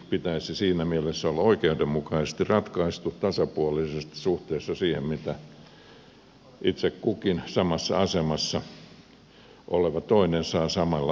kaiken pitäisi siinä mielessä olla oikeudenmukaisesti ratkaistu tasapuolisesti suhteessa siihen mitä itse kukin samassa asemassa oleva saa samoilla edellytyksillä